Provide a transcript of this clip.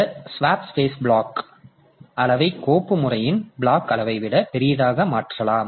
இந்த ஸ்வாப்பு பேசில் பிளாக் அளவை கோப்பு முறைமையின் பிளாக் அளவை விட பெரியதாக மாற்றலாம்